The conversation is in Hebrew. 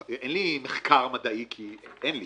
אין לי מחקר מדעי, כי אין לי.